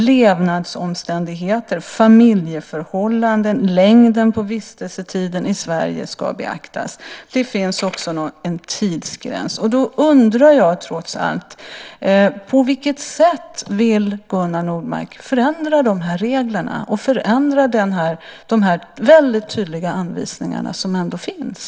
Levnadsomständigheter, familjeförhållanden och längden på vistelsen i Sverige ska beaktas. Det finns också en tidsgräns. Därför undrar jag: På vilket sätt vill Gunnar Nordmark förändra de här reglerna och de här väldigt tydliga anvisningarna som ändå finns?